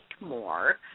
more